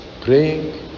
praying